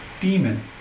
demon